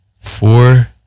Four